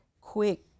quick